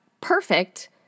perfect